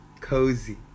cozy